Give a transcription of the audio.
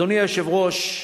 אדוני היושב-ראש,